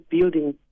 building